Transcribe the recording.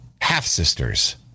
half-sisters